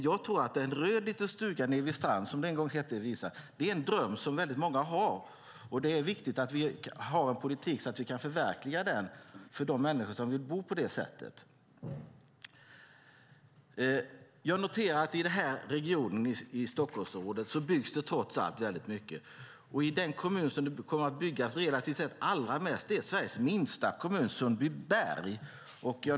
Jag tror att en röd liten stuga nere vid sjön, som det heter i en gammal visa, är en dröm som väldigt många har. Det är viktigt att det förs en politik som gör att de människor som vill bo på det sättet kan förverkliga detta. Jag noterar att i Stockholmsområdet byggs det trots allt väldigt mycket. I den kommun där det kommer att byggas relativt sett allra mest är Sveriges minsta kommun Sundbyberg.